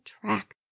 track